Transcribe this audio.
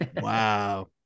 Wow